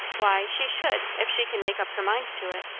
why, she should, if she can make up her mind to it.